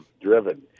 driven